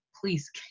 please